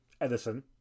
Edison